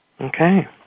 Okay